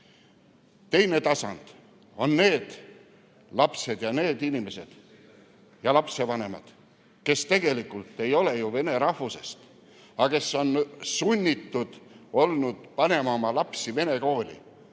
Teine tasand on need lapsed ja need inimesed ja lapsevanemad, kes ei ole vene rahvusest, aga kes on olnud sunnitud panema oma lapsed vene kooli.